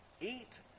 eat